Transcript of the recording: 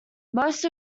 most